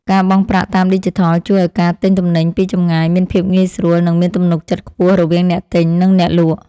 ការបង់ប្រាក់តាមឌីជីថលជួយឱ្យការទិញទំនិញពីចម្ងាយមានភាពងាយស្រួល និងមានទំនុកចិត្តខ្ពស់រវាងអ្នកទិញនិងអ្នកលក់។